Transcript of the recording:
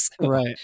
right